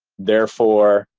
therefore,